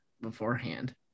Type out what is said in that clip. beforehand